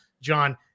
John